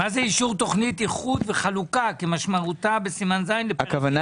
מה זה אישור תוכנית איחוד וחלוקה כמשמעותה בסימן ז' לפרק ג' בחוק האמור.